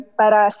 para